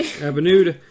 Avenue